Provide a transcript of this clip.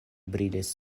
brilis